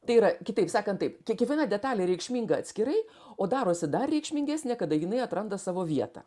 tai yra kitaip sakant taip kiekviena detalė reikšminga atskirai o darosi dar reikšmingesnė kada jinai atranda savo vietą